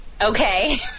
Okay